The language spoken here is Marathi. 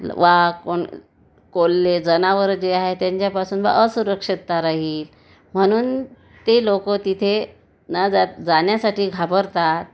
वाघ कोण कोल्हे जनावरं जे आहे त्यांच्यापासून बा असुरक्षितता राहील म्हणून ते लोकं तिथे न जात जाण्यासाठी घाबरतात